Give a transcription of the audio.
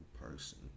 person